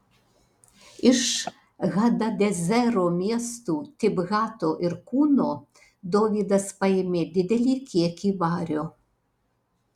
iš hadadezero miestų tibhato ir kūno dovydas paėmė didelį kiekį vario